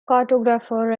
cartographer